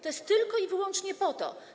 To jest tylko i wyłącznie po to.